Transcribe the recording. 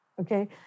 Okay